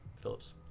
Phillips